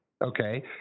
Okay